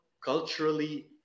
culturally